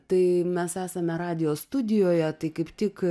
tai mes esame radijo studijoje tai kaip tik